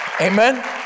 amen